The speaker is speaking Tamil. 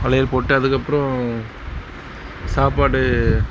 வளையல் போட்டு அதுக்கப்புறம் சாப்பாடு